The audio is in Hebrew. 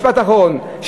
משפט אחרון,